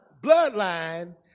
bloodline